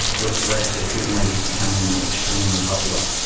which led to kubernetes becoming extremely popular.